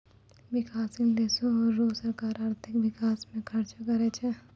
बिकाससील देसो रो सरकार आर्थिक बिकास म खर्च करै छै